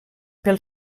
pel